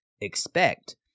expect